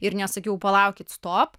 ir nesakiau palaukit stop